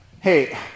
Hey